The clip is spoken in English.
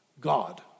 God